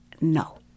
no